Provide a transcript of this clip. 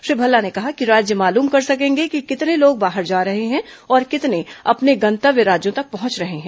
श्री भल्ला ने कहा कि राज्य मालूम कर सकेंगे कि कितने लोग बाहर जा रहे हैं और कितने अपने गंतव्य राज्यों तक पहुंच रहे हैं